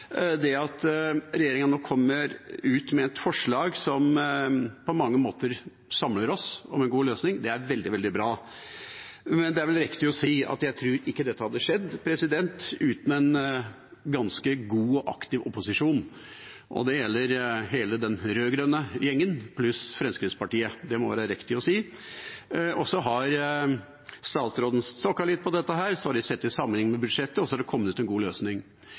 det at regjeringa nå kommer ut med et forslag som på mange måter samler oss om en god løsning. Det er veldig, veldig bra. Men det er vel riktig å si at jeg ikke tror dette hadde skjedd uten en ganske god og aktiv opposisjon, og det gjelder hele den rød-grønne gjengen pluss Fremskrittspartiet. Det må det være riktig å si. Så har statsråden stokket litt på dette og sett det i sammenheng med budsjettet, og så har det kommet ut en god løsning.